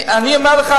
אני אומר לך,